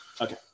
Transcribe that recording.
Okay